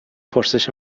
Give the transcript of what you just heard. پرسش